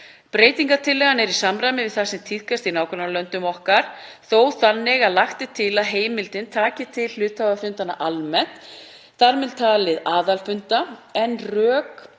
Breytingartillagan er í samræmi við það sem tíðkast í nágrannalöndum okkar, þó þannig að lagt er til að heimildin taki til hluthafafunda almennt, þar með talið aðalfunda, en rök